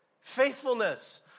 faithfulness